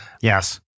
Yes